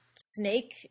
snake